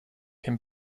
can